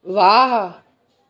वाह